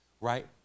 right